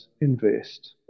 invest